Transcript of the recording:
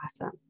Awesome